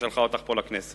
ששלחה אותך לכנסת,